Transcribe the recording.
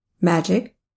Magic